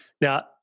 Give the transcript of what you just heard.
Now